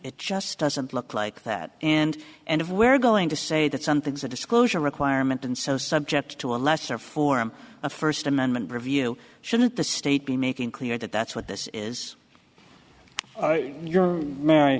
it just doesn't look like that and and if we're going to say that something's a disclosure requirement and so subject to a lesser form of first amendment preview shouldn't the state be making clear that that's what this is you're marri